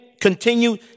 continue